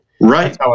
Right